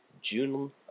June